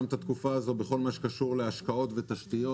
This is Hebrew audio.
את התקופה בכל מה שקשור להשקעות ולתשתיות.